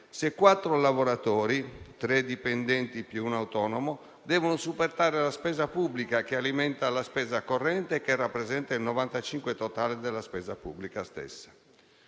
se quattro lavoratori (tre dipendenti più un autonomo) devono sostenere la spesa pubblica, che alimenta la spesa corrente, che rappresenta il 95 per cento del totale della spesa pubblica stessa.